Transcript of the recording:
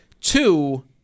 Two